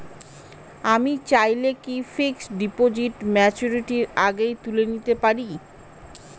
আমি চাইলে কি ফিক্সড ডিপোজিট ম্যাচুরিটির আগেই তুলে নিতে পারি?